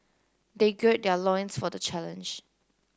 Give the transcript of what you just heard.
they gird their loins for the challenge